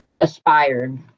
aspired